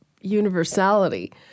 universality